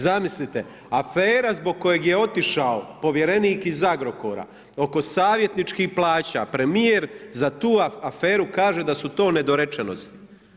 Zamislite afera zbog kojeg je otišao povjerenik iz Agrokora oko savjetničkih plaća, premijer za tu aferu kaže da su to nedorečenosti.